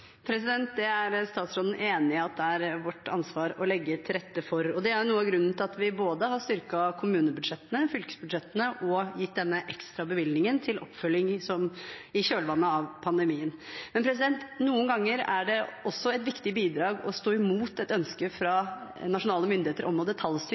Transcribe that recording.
Statsråden er enig i at det er vårt ansvar å legge til rette for det. Det er noe av grunnen til at vi både har styrket kommunebudsjettene og fylkesbudsjettene og gitt denne ekstrabevilgningen til oppfølging i kjølvannet av pandemien. Men noen ganger er det også et viktig bidrag å stå imot et ønske